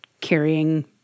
carrying